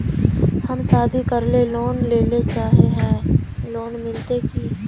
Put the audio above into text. हम शादी करले लोन लेले चाहे है लोन मिलते की?